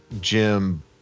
Jim